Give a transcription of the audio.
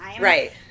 Right